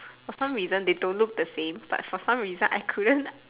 for some reason they don't look the same but for some reason I couldn't